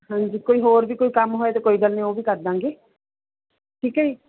ਹਾਂਜੀ ਕੋਈ ਹੋਰ ਵੀ ਕੋਈ ਕੰਮ ਹੋਇਆ ਅਤੇ ਕੋਈ ਗੱਲ ਨਹੀਂ ਉਹ ਵੀ ਕਰ ਦਾਂਗੇ ਠੀਕ ਹੈ ਜੀ